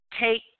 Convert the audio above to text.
take